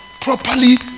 properly